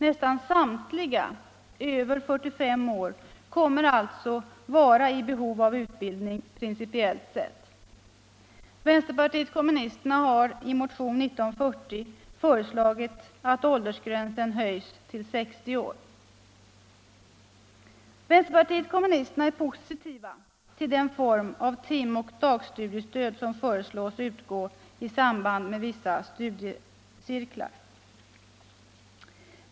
Nästan samtliga över 45 år kommer alltså att vara i behov av utbildning, principiellt sett. Vänsterpartiet kommunisterna har i motionen 1940 föreslagit att åldersgränsen höjs till 60 år. Vänsterpartiet kommunisterna är positivt till den form av timoch dagstudiestöd som föreslås utgå i samband med vissa cirkelstudier.